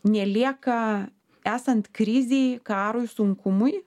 nelieka esant krizei karui sunkumui